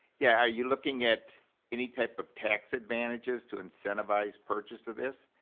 yeah you looking at any type of tax advantages to incentivize purchase of this?